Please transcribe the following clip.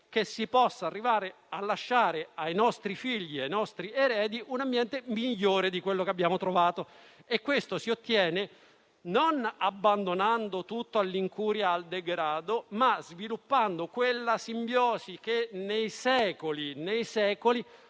che si possa arrivare a lasciare ai nostri figli e ai nostri eredi un ambiente migliore di quello che abbiamo trovato. Ciò si ottiene non abbandonando tutto all'incuria e al degrado, ma sviluppando quella simbiosi che nei secoli ha fatto